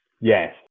Yes